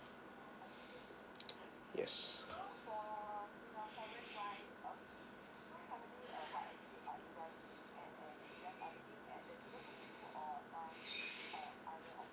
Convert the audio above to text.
yes